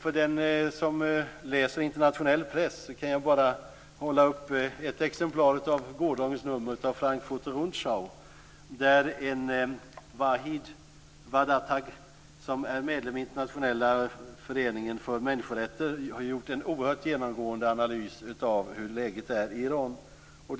För den som läser internationell press håller jag nu upp ett exemplar av gårdagens nummer av Frankfurter Rundschau, där en medlem i Internationella föreningen för människorätt har gjort en oerhört genomgående analys av läget i Iran.